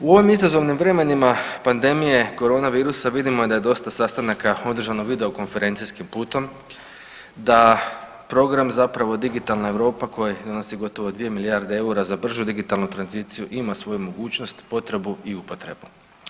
U ovim izazovnim vremenima pandemije koronavirusa vidimo da je dosta sastanaka održano videokonferencijskim putem, da program zapravo „Digitalna Europa“ koji iznosi gotovo dvije milijarde eura za bržu digitalnu tranziciju ima svoju mogućnost, potrebu i upotrebu.